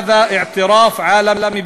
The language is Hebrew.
(אומר דברים בשפה הערבית)